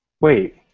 Wait